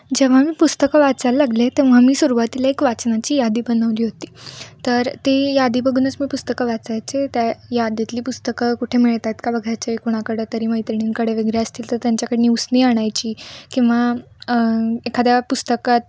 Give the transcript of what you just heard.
जेव्हा मी पुस्तकं वाचायला लागले तेव्हा मी सुरवातीला एक वाचनाची यादी बनवली होती तर ते यादी बघूनच मी पुस्तकं वाचायचे त्या यादीतली पुस्तकं कुठे मिळतात का बघायचे कोणाकडे तरी मैत्रिणींकडे वगैरे असतील तर त्यांच्याकडून उसनी आणायची किंवा एखाद्या पुस्तकात